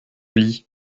lis